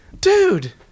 Dude